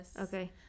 okay